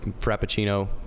Frappuccino